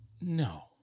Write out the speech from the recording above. No